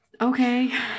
Okay